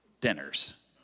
dinners